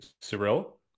Cyril